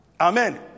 Amen